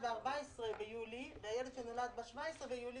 אני מבקשת התייעצות סיעתית.